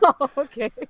Okay